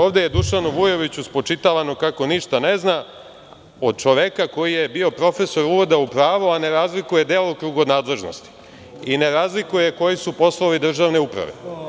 Ovde je Dušanu Vujoviću spočitavano kako ništa ne zna od čoveka koji je bio profesor Uvoda u pravo, a ne razlikuje delokrug od nadležnosti i ne razlikuje koji su poslovi državne uprave.